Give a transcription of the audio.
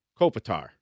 Kopitar